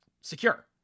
secure